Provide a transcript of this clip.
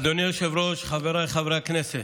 אדוני היושב-ראש, חבריי חברי הכנסת,